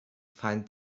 find